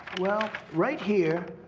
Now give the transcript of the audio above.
well, right here,